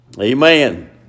Amen